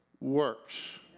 works